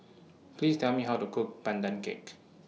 Please Tell Me How to Cook Pandan Cake